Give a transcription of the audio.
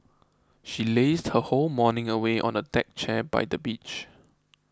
she lazed her whole morning away on a deck chair by the beach